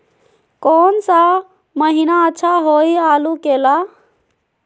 कौन सा महीना अच्छा होइ आलू के ला?